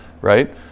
right